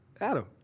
Adam